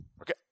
Okay